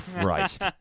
Christ